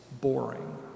boring